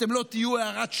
אתם לא תהיו הערת שוליים.